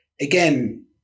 again